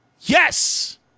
Yes